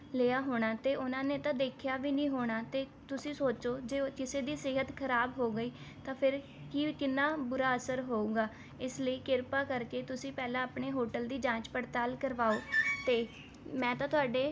ਲਿਆ ਹੋਣਾ ਅਤੇ ਉਹਨਾਂ ਨੇ ਤਾਂ ਦੇਖਿਆ ਵੀ ਨਹੀਂ ਹੋਣਾ ਅਤੇ ਤੁਸੀਂ ਸੋਚੋ ਜੇ ਕਿਸੇ ਦੀ ਸਿਹਤ ਖ਼ਰਾਬ ਹੋ ਗਈ ਤਾਂ ਫਿਰ ਕਿ ਕਿੰਨਾ ਬੁਰਾ ਅਸਰ ਹੋਊਗਾ ਇਸ ਲਈ ਕਿਰਪਾ ਕਰਕੇ ਤੁਸੀਂ ਪਹਿਲਾਂ ਆਪਣੇ ਹੋਟਲ ਦੀ ਜਾਂਚ ਪੜ੍ਤਾਲ ਕਰਵਾਓ ਅਤੇ ਮੈਂ ਤਾਂ ਤੁਹਾਡੇ